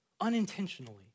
unintentionally